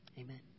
Amen